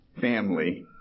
family